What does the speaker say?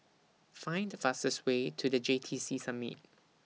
Find The fastest Way to The J T C Summit